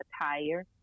attire